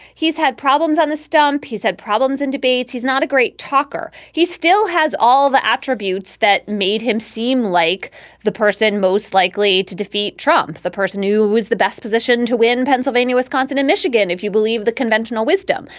he's had problems on the stump. he's had problems in debates. he's not a great talker. he still has all the attributes that made him seem like the person most likely to defeat trump. the person who was the best positioned to win pennsylvania, wisconsin, in michigan, if you believe the conventional wisdom.